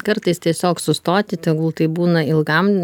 kartais tiesiog sustoti tegul tai būna ilgam